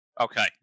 okay